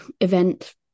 event